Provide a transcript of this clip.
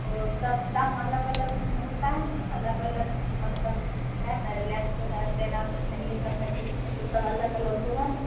वह सब दाम अलग अलग उसमें होता है ना अलग अलग मतलब है ना रिलैक्सो है पैराजोन है येह सब है तो उसमें तो सब अलग अलग होगा ना